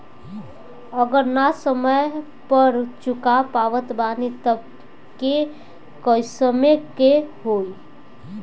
अगर ना समय पर चुका पावत बानी तब के केसमे का होई?